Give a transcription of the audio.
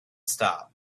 stop